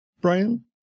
Brian